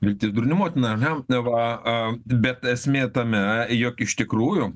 viltis durnių motina ar ne neva a bet esmė tame jog iš tikrųjų